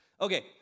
Okay